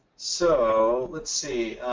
so, let's see,